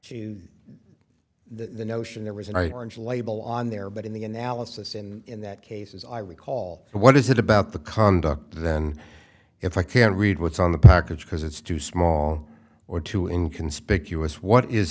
for the notion there was an orange label on there but in the analysis in that case as i recall what is it about the conduct then if i can't read what's on the package because it's too small or too in conspicuous what is